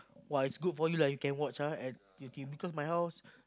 !woah! it's good for you lah you can watch ah at you T_V because my house